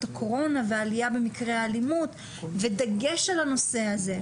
הקורונה והעלייה במקרי האלימות ודגש על הנושא הזה,